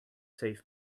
save